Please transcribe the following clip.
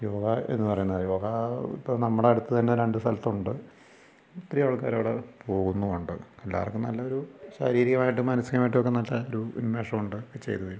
യോഗ എന്നു പറയുന്നത് യോഗ ഇപ്പം നമ്മുടെ അടുത്ത് തന്നെ രണ്ടു സ്ഥലത്തുണ്ട് ഒത്തിരി ആൾക്കാർ അവിടെ പോകുന്നുണ്ട് എല്ലാർക്കും നല്ലൊരു ശാരീരികമായിട്ടും മാനസികമായിട്ടും നല്ലൊരു ഉന്മേഷോണ്ട് ചെയ്തത്